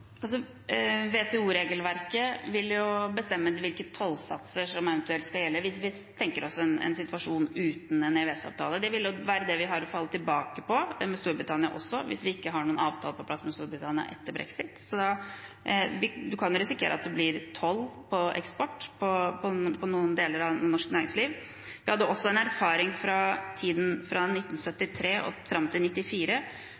vil bestemme hvilke tollsatser som eventuelt skal gjelde hvis vi tenker oss en situasjon uten en EØS-avtale. Det vil jo være det vi har å falle tilbake på. Det gjelder også med hensyn til Storbritannia, hvis vi ikke har en avtale på plass med dem etter brexit, så man kan risikere at det blir toll på eksport for noen deler av norsk næringsliv. Vi hadde også en erfaring fra tiden fra